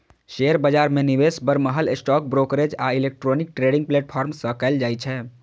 share बाजार मे निवेश बरमहल स्टॉक ब्रोकरेज आ इलेक्ट्रॉनिक ट्रेडिंग प्लेटफॉर्म सं कैल जाइ छै